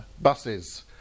buses